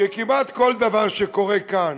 כי כמעט כל דבר שקורה כאן